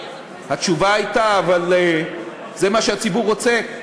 התשובה הייתה: אבל זה מה שהציבור רוצה,